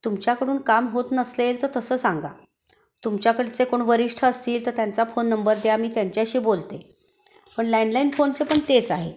तुमच्याकडून काम होत नसेल तर तसं सांगा तुमच्याकडचे कोण वरिष्ठ असतील तर त्यांचा फोन नंबर द्या मी त्यांच्याशी बोलते पण लँडलाईन फोनचं पण तेच आहे